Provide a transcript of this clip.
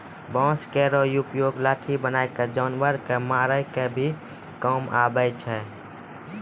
बांस केरो उपयोग लाठी बनाय क जानवर कॅ मारै के भी काम आवै छै